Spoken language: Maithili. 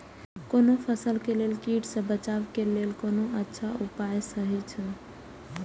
कोनो फसल के लेल कीट सँ बचाव के लेल कोन अच्छा उपाय सहि अछि?